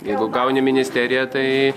jeigu gauni ministeriją tai